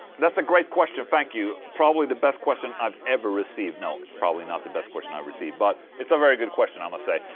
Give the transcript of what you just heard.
that's a great question, thank you. probably the best question i've ever received. no. it's probably not the best question i've received, but it's a very good question, i must say.